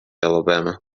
alabama